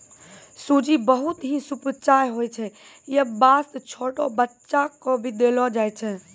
सूजी बहुत हीं सुपाच्य होय छै यै वास्तॅ छोटो बच्चा क भी देलो जाय छै